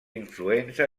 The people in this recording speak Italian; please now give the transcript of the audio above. influenza